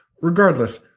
Regardless